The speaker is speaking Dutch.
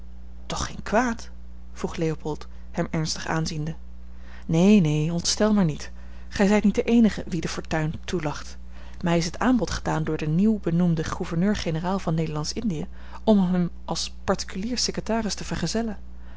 toch geen kwaad vroeg leopold hem ernstig aanziende neen neen ontstel maar niet gij zijt niet de eenige wien de fortuin toelacht mij is het aanbod gedaan door den nieuw benoemden gouverneur-generaal van nederlandsch-indië om hem als particulier secretaris te vergezellen